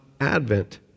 Advent